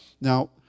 Now